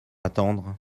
attendre